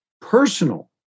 Personal